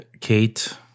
Kate